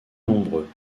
nombreux